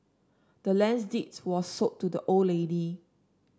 the land's deed was sold to the old lady